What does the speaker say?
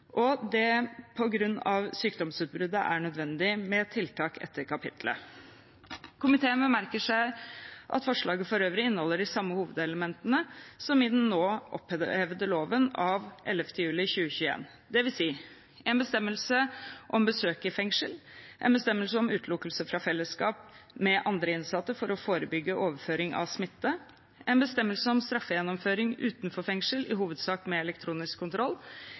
og det på grunn av sykdomsutbruddet er nødvendig med tiltak etter dette kapittelet. Komiteen merker seg at forslaget for øvrig inneholder de samme hovedelementene som i den nå opphevede loven av 11. juni 2021. Det betyr: en bestemmelse om besøk i fengsel en bestemmelse om utelukkelse fra fellesskap med andre innsatte for å forebygge overføring av smitte en bestemmelse om straffegjennomføring utenfor fengsel, i hovedsak med elektronisk kontroll